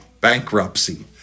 bankruptcy